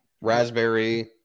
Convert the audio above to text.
raspberry